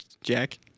Jack